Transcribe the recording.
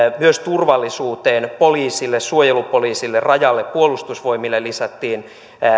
myös turvallisuuteen poliisille suojelupoliisille rajalle puolustusvoimille lisättiin